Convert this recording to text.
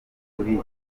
kuri